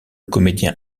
comédien